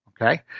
okay